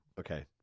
Okay